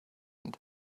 and